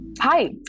Hi